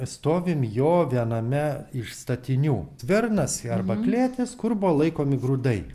stovim jo viename iš statinių svirnas arba klėtis kur buvo laikomi grūdai